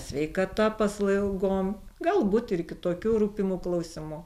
sveikata paslaugom galbūt ir kitokių rūpimų klausimų